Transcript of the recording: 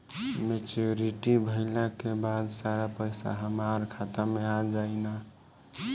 Maturity भईला के बाद सारा पईसा हमार खाता मे आ जाई न?